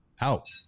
out